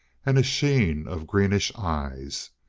and a sheen of greenish eyes.